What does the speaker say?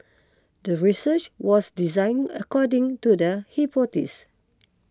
the research was design according to the hypothesis